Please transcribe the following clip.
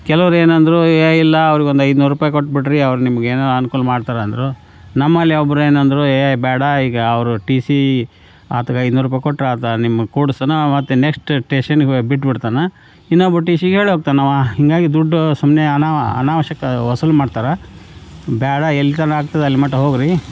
ಕೆಲವ್ರು ಏನೆಂದ್ರು ಏ ಇಲ್ಲ ಅವ್ರಿಗೆ ಒಂದು ಐದುನೂರು ರೂಪಾಯಿ ಕೊಟ್ಟು ಬಿಡ್ರಿ ಅವ್ರು ನಿಮ್ಗೆ ಏನೋ ಅನ್ಕೂಲ ಮಾಡ್ತಾರಂದರು ನಮ್ಮಲ್ಲಿ ಒಬ್ಬರು ಏನೆಂದ್ರು ಏ ಬೇಡ ಈಗ ಅವರು ಟಿ ಸಿ ಆತ್ಗೆ ಇನ್ನೂರು ರೂಪಾಯಿ ಕೊಟ್ಟರೆ ಆತ ನಿಮ್ಗೆ ಕೂಡಿಸ್ತಾನ ಮತ್ತೆ ನೆಕ್ಸ್ಟ್ ಟೇಷನ್ನಿಗೆ ಬಿಟ್ಟು ಬಿಡ್ತಾನೆ ಇನ್ನೊಬ್ಬ ಟಿ ಶಿಗೆ ಹೇಳ್ ಹೋಗ್ತನವ ಹೀಗಾಗಿ ದುಡ್ದು ಸುಮ್ಮನೆ ಅನಾವ ಅನಾವಶ್ಯಕ ವಸೂಲಿ ಮಾಡ್ತಾರ ಬೇಡ ಎಲ್ಲಿತನ ಆಗ್ತದೆ ಅಲ್ಲಿ ಮಟ ಹೋಗಿರಿ